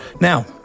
now